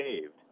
saved